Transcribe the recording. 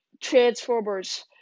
Transformers